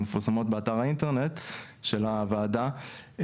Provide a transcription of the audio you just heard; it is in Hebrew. הן מפורסמות באתר האינטרנט של הוועדה,